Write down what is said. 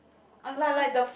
I don't know eh